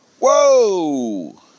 whoa